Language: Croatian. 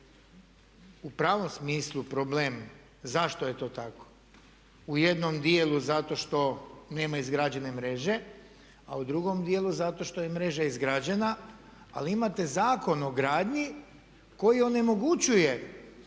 u pravom smislu problem zašto je to tako. U jednom dijelu zato što nema izgrađene mreže a u drugom dijelu zato što je mreža izgrađena ali imate Zakon o gradnji koji onemogućuje